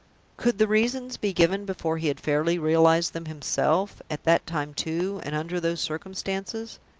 could the reasons be given before he had fairly realized them himself at that time, too, and under those circumstances?